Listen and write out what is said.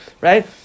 Right